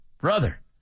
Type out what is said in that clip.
brother